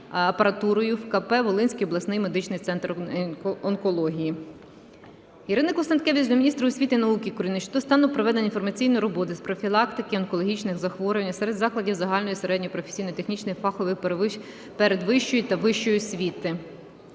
в КП "Волинський обласний медичний центр онкології". Ірини Констанкевич до міністра освіти і науки України щодо стану проведення інформаційної роботи з профілактики онкологічних захворювань серед закладів загальної середньої, професійно-технічної, фахової передвищої та вищої освіти.